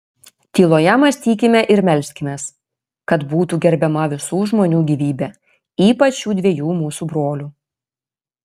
tyloje mąstykime ir melskimės kad būtų gerbiama visų žmonių gyvybė ypač šių dviejų mūsų brolių